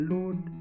Lord